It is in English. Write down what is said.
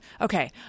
Okay